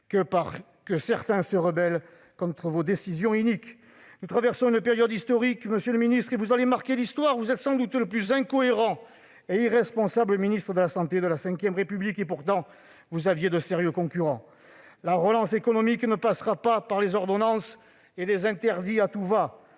que certains se rebellent contre vos décisions iniques ! Nous traversons une période historique, et vous allez marquer l'histoire : vous êtes sans doute le plus incohérent et irresponsable ministre de la santé de la V République. Pourtant, vous aviez de sérieux concurrents ... La relance économique passera non pas par les ordonnances et les interdits à tout-va,